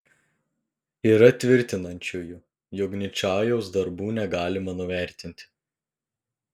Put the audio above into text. yra tvirtinančiųjų jog ničajaus darbų negalima nuvertinti